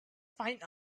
find